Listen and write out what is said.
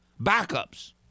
backups